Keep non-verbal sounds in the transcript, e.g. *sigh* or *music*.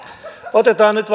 otetaan nyt *unintelligible*